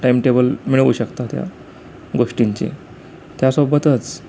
time table मिळवू शकता त्या गोष्टींचे त्यासोबतच